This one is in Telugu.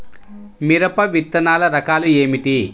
మిరప విత్తనాల రకాలు ఏమిటి?